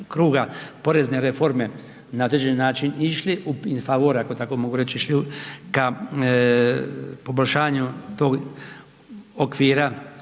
kruga porezne reforme na određeni način išli u, in faura, ako tako mogu reći, išli ka poboljšanju tog okvira